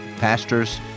pastors